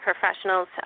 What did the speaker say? professionals